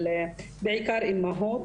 בעיקר אימהות,